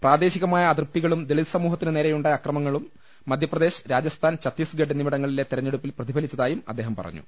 പ്രാദേശികമായ അതൃപ്തി കളും ദളിത് സമൂഹത്തിനു നേരെയുണ്ടായ അക്രമങ്ങളും മധ്യപ്രദേശ് രാജസ്ഥാൻ ഛത്തീസ്ഗഡ് എന്നിവിടങ്ങളിലെ തെരഞ്ഞെ ടുപ്പിൽ പ്രതിഫലിച്ചതായും അദ്ദേഹം പറഞ്ഞു